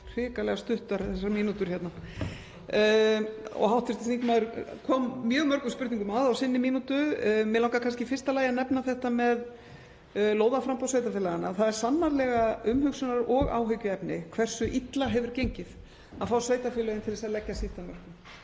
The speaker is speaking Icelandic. hrikalega stuttar mínútur hérna og hv. þingmaður kom mjög mörgum spurningum að á sinni mínútu. Mig langar í fyrsta lagi að nefna þetta með lóðaframboð sveitarfélaganna. Það er sannarlega umhugsunar- og áhyggjuefni hversu illa hefur gengið að fá sveitarfélögin til að leggja sitt af mörkum.